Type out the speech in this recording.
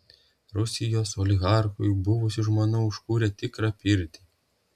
rusijos oligarchui buvusi žmona užkūrė tikrą pirtį